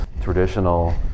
traditional